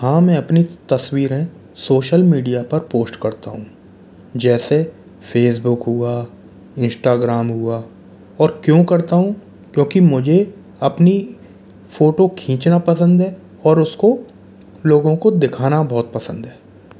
हाँ मैं अपनी तस्वीरें सोशल मीडिया पर पोस्ट करता हूँ जैसे फेसबुक हुआ इन्स्टाग्राम हुआ और क्यों करता हूँ क्योंकि मुझे अपनी फोटो खींचना पसंद है और उसको लोगों को दिखाना बहुत पसंद है